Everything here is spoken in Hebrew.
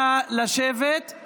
נא לשבת.